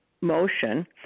motion